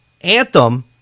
Anthem